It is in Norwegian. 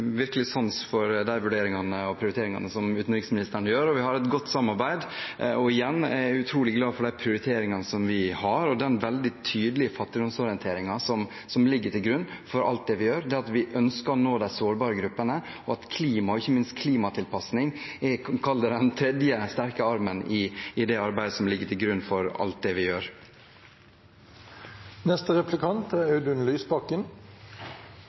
et godt samarbeid. Igjen: Jeg er utrolig glad for de prioriteringene som vi har, og den veldig tydelige fattigdomsorienteringen som ligger til grunn for alt det vi gjør, det at vi ønsker å nå de sårbare gruppene, og at klima og ikke minst klimatilpasning er det man kan kalle den tredje sterke armen i det arbeidet som ligger til grunn for alt det vi gjør.